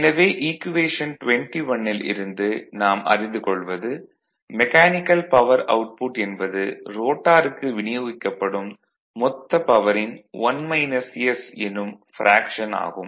எனவே ஈக்குவேஷன் 21 ல் இருந்து நாம் அறிந்து கொள்வது மெக்கானிக்கல் பவர் அவுட்புட் என்பது ரோட்டாருக்கு விநியோகிக்கப்படும் மொத்த பவரின் எனும் ப்ரேக்ஷன் ஆகும்